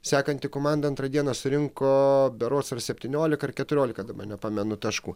sekanti komanda antrą dieną surinko berods septyniolika ar keturiolika dabar nepamenu taškų